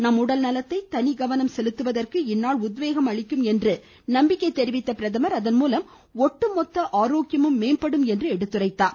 நம் உடல் நலத்தை தனிகவனம் செலுத்துவதற்கு இந்நாள் உத்வேகம் அளிக்கும் என்று நம்பிக்கை தெரிவித்துள்ள பிரதமர் அதன்மூலம் ஒட்டுமொத்த ஆரோக்கியமும் மேம்படும் என்று எடுத்துரைத்தார்